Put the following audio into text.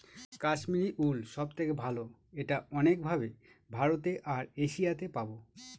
কাশ্মিরী উল সব থেকে ভালো এটা অনেক ভাবে ভারতে আর এশিয়াতে পাবো